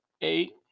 eight